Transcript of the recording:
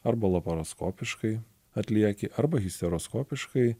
arba laparoskopiškai atlieki arba histeroskopiškai